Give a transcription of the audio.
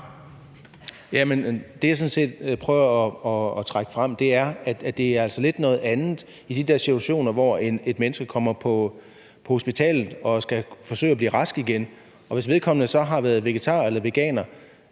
Det, jeg sådan set prøver at trække frem, er, at det altså lidt er noget andet i de situationer, hvor et menneske kommer på hospitalet og gerne skal blive rask igen. Hvis vedkommende så har været vegetar eller veganer